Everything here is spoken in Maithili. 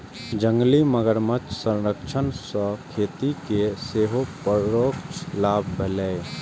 जंगली मगरमच्छ संरक्षण सं खेती कें सेहो परोक्ष लाभ भेलैए